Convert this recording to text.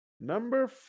Number